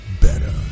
better